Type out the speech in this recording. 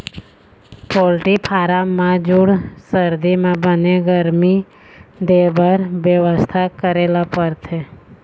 poultry farm म जूड़ सरदी म बने गरमी देबर बेवस्था करे ल परथे